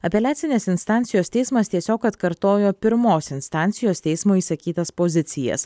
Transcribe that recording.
apeliacinės instancijos teismas tiesiog atkartojo pirmos instancijos teismo išsakytas pozicijas